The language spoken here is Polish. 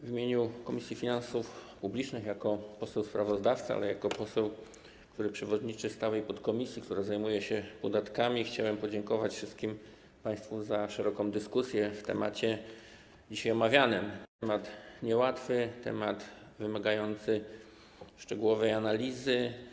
W imieniu Komisji Finansów Publicznych jako poseł sprawozdawca, jako poseł, który przewodniczy stałej podkomisji, która zajmuje się podatkami, chciałem podziękować wszystkim państwu za szeroką dyskusję na temat dzisiaj omawiany, temat niełatwy, wymagający szczegółowej analizy.